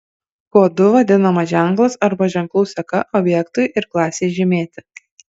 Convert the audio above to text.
kodu vadinamas ženklas arba ženklų seka objektui ir klasei žymėti